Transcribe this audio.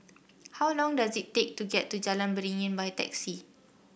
how long does it take to get to Jalan Beringin by taxi